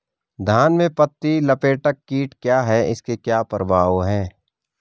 धान में पत्ती लपेटक कीट क्या है इसके क्या प्रभाव हैं?